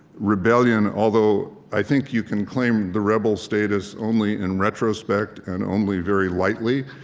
rebellion although, i think you can claim the rebel status only in retrospect and only very lightly.